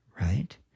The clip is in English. right